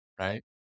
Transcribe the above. Right